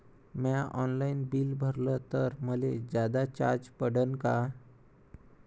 म्या online bill भरलं तर मले जादा चार्ज पडन का?